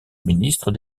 ministre